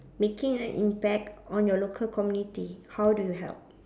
making an impact on your local community how do you help